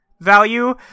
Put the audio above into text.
value